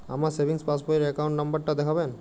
আমার সেভিংস পাসবই র অ্যাকাউন্ট নাম্বার টা দেখাবেন?